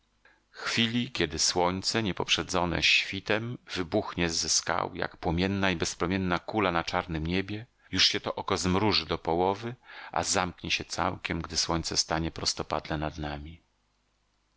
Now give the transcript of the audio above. chwili kiedy słońce nie poprzedzone świtem wybuchnie z za skał jak płomienna i bezpromienna kula na czarnem niebie już się to oko zmruży do połowy a zamknie się całkiem gdy słońce stanie prostopadle nad nami